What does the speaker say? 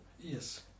Yes